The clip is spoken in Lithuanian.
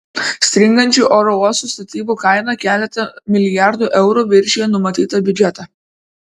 stringančių oro uosto statybų kaina keletu milijardų eurų viršija numatytą biudžetą